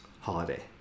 holiday